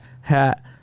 hat